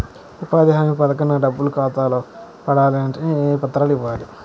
ఉపాధి హామీ పథకం డబ్బులు నా ఖాతాలో పడాలి అంటే నేను ఏ పత్రాలు ఇవ్వాలి?